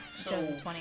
2020